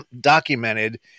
documented